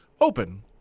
open